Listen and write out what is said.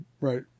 right